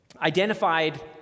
identified